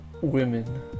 women